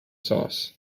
sauce